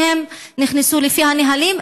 שנכנסו לפי הנהלים?